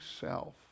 self